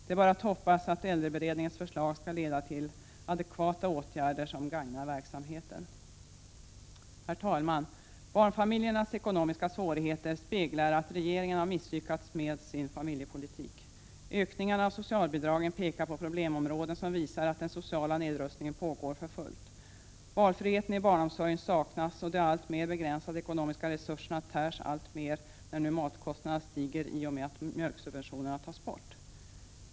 Det är bara att hoppas att äldreberedningens förslag skall leda till adekvata åtgärder som gagnar verksamheten. Herr talman! Barnfamiljernas ekonomiska svårigheter speglar att regeringen har misslyckats med sin familjepolitik. Ökningarna av socialbidragen pekar på problemområden som visar att den sociala nedrustningen pågår för fullt. Valfrihet i barnomsorgen saknas, och de alltmer begränsade ekonomiska resurserna tärs av när nu matkostnaderna stiger i och med att mjölksubventionerna tas bort.